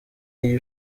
iyo